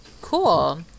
cool